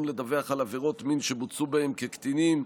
לדווח על עבירות מין שבוצעו בהם כקטינים,